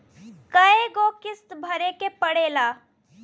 कय गो किस्त भरे के पड़ेला?